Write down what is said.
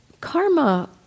karma